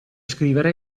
scrivere